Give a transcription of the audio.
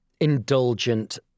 indulgent